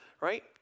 right